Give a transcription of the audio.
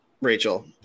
Rachel